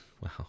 Wow